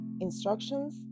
Instructions